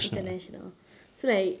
international so like